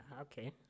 Okay